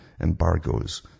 embargoes